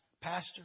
Pastor